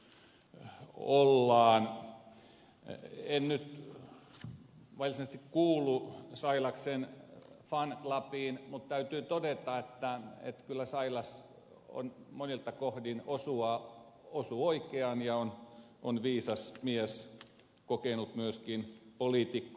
en nyt varsinaisesti kuulu sailaksen fan clubiin mutta täytyy todeta että kyllä sailas monilta kohdin osuu oikeaan ja on viisas mies myöskin kokenut poliitikko